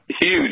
huge